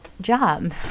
job